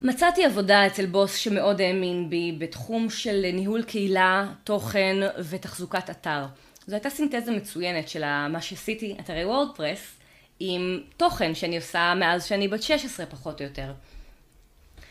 מצאתי עבודה אצל בוס שמאוד האמין בי בתחום של ניהול קהילה, תוכן ותחזוקת אתר. זו הייתה סינתזה מצוינת של מה שעשיתי אתרי וורדפרס עם תוכן שאני עושה מאז שאני בת 16 פחות או יותר.